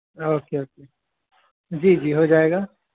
okay okay جی جی ہو جائے گا